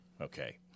okay